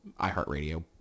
iHeartRadio